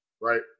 right